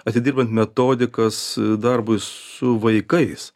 atidirbant metodikas darbui su vaikais